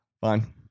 Fine